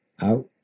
out